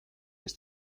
ist